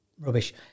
Rubbish